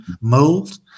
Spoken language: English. mold